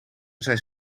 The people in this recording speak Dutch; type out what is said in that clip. zijn